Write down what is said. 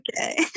Okay